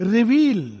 Reveal